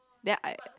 then I